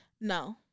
No